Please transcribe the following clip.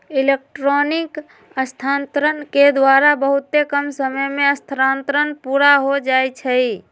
electronic स्थानान्तरण के द्वारा बहुते कम समय में स्थानान्तरण पुरा हो जाइ छइ